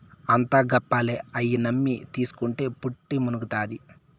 అంతా గప్పాలే, అయ్యి నమ్మి తీస్కుంటే పుట్టి మునుగుతాది